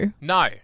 No